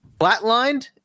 flatlined